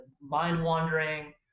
mind-wandering